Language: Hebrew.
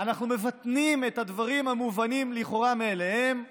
אנחנו מבטנים את הדברים המובנים-מאליהם לכאורה,